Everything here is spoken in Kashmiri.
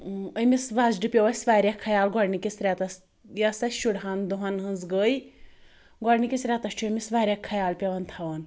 أمِس وَژھڑِ پیٚو اسہِ واریاہ خَیال گۄڈٕنِکِس ریٚتَس یۄس اسہِ شُڑہان دۄہَن ہنٛز گٔے گۄڈٕنِکِس ریٚتَس چھُ أمِس واریاہ خَیال پیٚوان تھاوُن